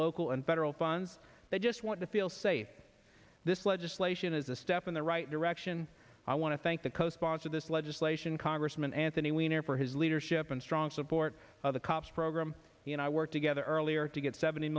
local and federal funds that just want to feel safe this legislation is a step in the right direction i want to thank the co sponsor of this legislation congressman anthony weiner for his leadership and strong support of the cops program and i work together earlier to get seventy